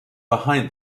behind